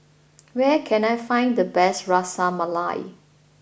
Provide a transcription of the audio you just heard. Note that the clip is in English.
where can I find the best Ras Malai